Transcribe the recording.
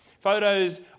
Photos